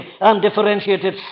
undifferentiated